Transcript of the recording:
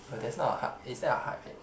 oh that's not a heart is that a heart rate